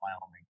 Wyoming